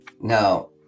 now